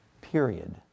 period